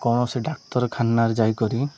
କୌଣସି ଡାକ୍ତରଖାନା ଯାଇ କରି